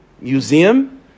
museum